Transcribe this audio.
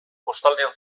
kostaldean